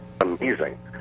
Amazing